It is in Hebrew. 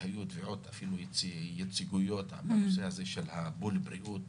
והיו תביעות ייצוגיות בנושא הזה של הבול בריאות,